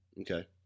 Okay